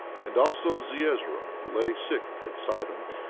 and also zeezrom lay sick at sidom,